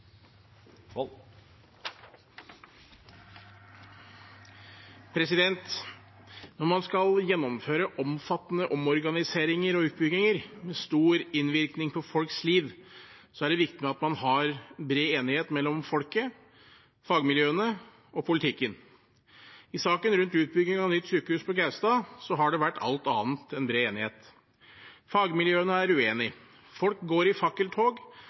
Når man skal gjennomføre omfattende omorganiseringer og utbygginger med stor innvirkning på folks liv, er det viktig at man har bred enighet mellom folket, fagmiljøene og politikken. I saken rundt utbygging av nytt sykehus på Gaustad har det vært alt annet enn bred enighet. Fagmiljøene er uenige, folk går